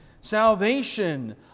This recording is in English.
Salvation